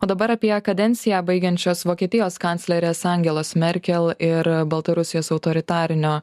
o dabar apie kadenciją baigiančios vokietijos kanclerės angelos merkel ir baltarusijos autoritarinio